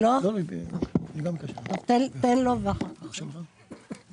תן לו, ואחר כך אני.